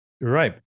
Right